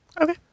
Okay